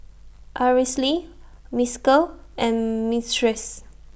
Araceli Mykel and Myrtice